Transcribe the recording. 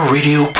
Radio